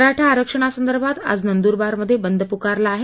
मराठा आरक्षणा संदर्भात आज नंद्रबार मध्ये बंद पुकरला आहे